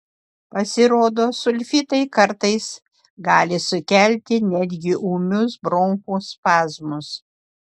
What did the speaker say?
pasirodo sulfitai kartais gali sukelti netgi ūmius bronchų spazmus